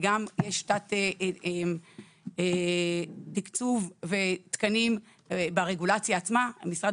גם שיטת תקצוב ותקנים ברגולציה עצמה במשרד